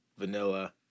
Vanilla